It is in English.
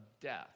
death